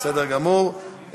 בסדר גמור.